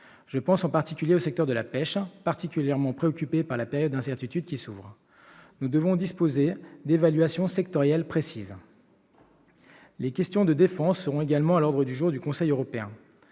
Je pense en particulier au secteur de la pêche, lequel est particulièrement préoccupé par la période d'incertitude qui s'ouvre. Nous devons disposer d'évaluations sectorielles précises. Les questions de défense seront également à l'ordre du jour du Conseil européen.